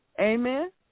Amen